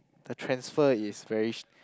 the transfer is very sh~